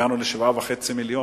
הגענו ל-7.5 מיליון,